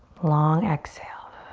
long exhale.